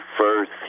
first